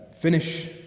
finish